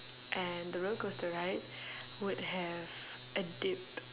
and the roller coaster ride would have a dip